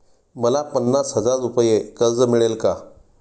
मला पन्नास हजार रुपये कर्ज मिळेल का?